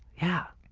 yeah.